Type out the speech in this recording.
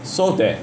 so that